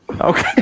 Okay